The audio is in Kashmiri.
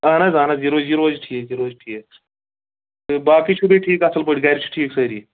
اَہَن حظ اَہَن حظ یہِ روزِ یہِ روزِ ٹھیٖک یہِ روزِ ٹھیٖک تہٕ باقٕے چھُو تُہۍ ٹھیٖک اَصٕل پٲٹھۍ گَرِ چھُ ٹھیٖک سٲری